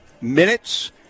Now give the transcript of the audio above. minutes